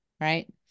right